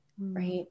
right